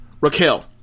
Raquel